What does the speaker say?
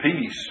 peace